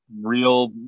real